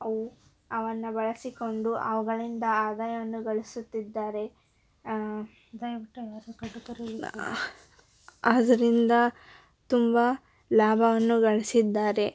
ಅವು ಅವನ್ನು ಬಳಸಿಕೊಂಡು ಅವುಗಳಿಂದ ಆದಾಯವನ್ನು ಗಳಿಸುತ್ತಿದ್ದಾರೆ ಅದರಿಂದ ತುಂಬ ಲಾಭವನ್ನು ಗಳಿಸಿದ್ದಾರೆ